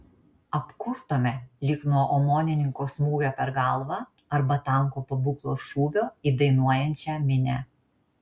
apkurtome lyg nuo omonininko smūgio per galvą arba tanko pabūklo šūvio į dainuojančią minią